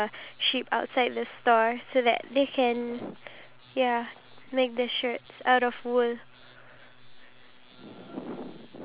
can afford like a meal a day and here we are we already receive we already receiving the foods even though we don't like it or not